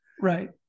right